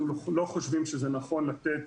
אנחנו לא חושבים שזה נכון לתת